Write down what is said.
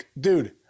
dude